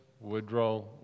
Woodrow